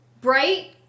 bright